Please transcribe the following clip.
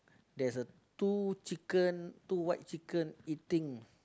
there's a two chicken two white chicken eating